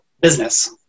business